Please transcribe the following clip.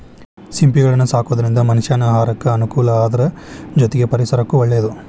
ಸಿಂಪಿಗಳನ್ನ ಸಾಕೋದ್ರಿಂದ ಮನಷ್ಯಾನ ಆಹಾರಕ್ಕ ಅನುಕೂಲ ಅದ್ರ ಜೊತೆಗೆ ಪರಿಸರಕ್ಕೂ ಒಳ್ಳೇದು